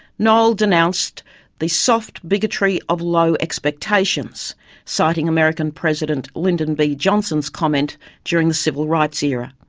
noel denounced the soft bigotry of low expectations citing american president lyndon b. johnson's comment during the civil rights era.